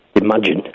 Imagine